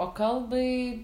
o kalbai